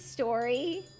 Story